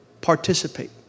participate